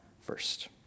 first